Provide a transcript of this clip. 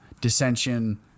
dissension